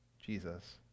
Jesus